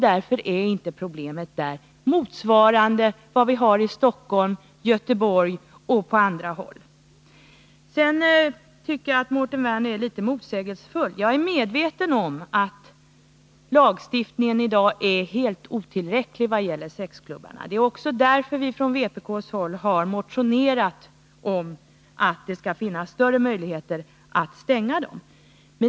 Därför är inte problemet där motsvarande det som vi har i Stockholm, Göteborg och på andra håll. Sedan tycker jag att Mårten Werner är litet motsägelsefull. Jag är medveten om att lagstiftningen i dag är helt otillräcklig vad gäller sexklubbarna. Det är också därför vi från vpk har motionerat om att det skall finnas större möjligheter att stänga dem.